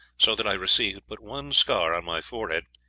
so that i received but one scar on my forehead,